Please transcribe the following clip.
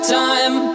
time